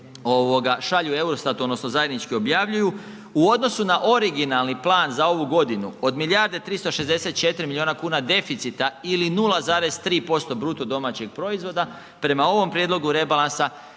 šalju EUROSTAT-u odnosno zajednički objavljuju, u odnosu na originalni plan za ovu godinu od milijarde 364 miliona kuna deficita ili 0,3% bruto domaćeg proizvoda, prema ovom prijedlogu rebalansa